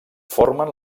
formen